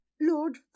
Lord